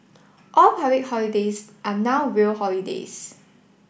all public holidays are now real holidays